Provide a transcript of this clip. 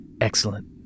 Excellent